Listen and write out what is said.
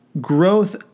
Growth